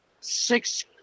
six